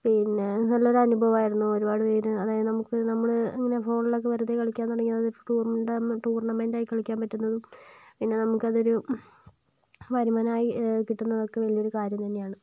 പിന്നെ നല്ലൊരു അനുഭവമായിരുന്നു ഒരുപാട് പേര് അതായത് നമുക്ക് നമ്മൾ ഇങ്ങനെ ഫോണിൽ ഒക്കെ വെറുതെ കളിക്കാൻ ടൂർ ടൂർണമെൻറ്റായി കളിക്കാൻ പറ്റുന്നതും പിന്നെ നമുക്ക് അത് ഒരു വരുമാനം ആയി കിട്ടുന്നതും ഒക്കെ നമുക്ക് ഒരു വലിയ കാര്യം തന്നെയാണ്